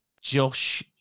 Josh